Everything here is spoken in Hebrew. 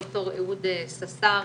ד"ר אהוד ססר,